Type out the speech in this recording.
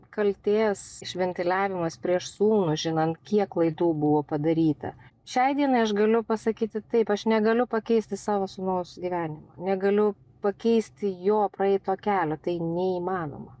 kaltės ventiliavimas prieš sūnų žinant kiek klaidų buvo padaryta šiai dienai aš galiu pasakyti taip aš negaliu pakeisti savo sūnaus gyvenimo negaliu pakeisti jo praeito kelio tai neįmanoma